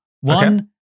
One